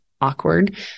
awkward